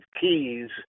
keys